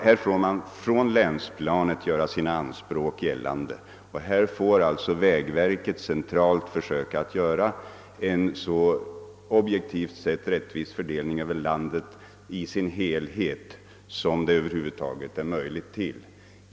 Härvidlag får man från länsplanet göra sina anspråk gällande, och vägverket får centralt försöka att göra en så rättvis fördelning över hela landet som det över huvud taget är möjligt.